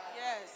Yes